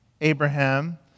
Abraham